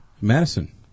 Madison